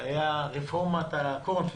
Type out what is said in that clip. רפורמת הקורנפלקס.